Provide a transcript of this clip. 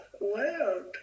world